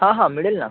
हां हां मिळेल ना